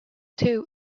two